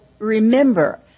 Remember